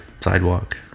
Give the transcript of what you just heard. sidewalk